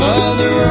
Mother